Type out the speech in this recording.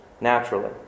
naturally